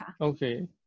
Okay